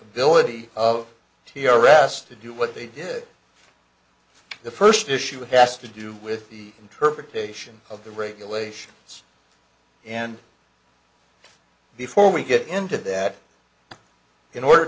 ability of t r s to do what they did the first issue has to do with the interpretation of the regulations and before we get into that in order